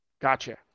Gotcha